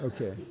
Okay